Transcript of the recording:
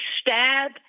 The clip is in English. stab